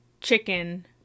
chicken